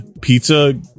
pizza